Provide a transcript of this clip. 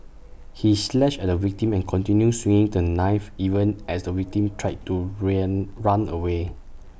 he slashed at the victim and continued swinging the knife even as the victim tried to ran run away